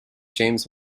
james